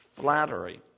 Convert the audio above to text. flattery